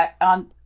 on